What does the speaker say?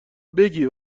بگی